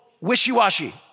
wishy-washy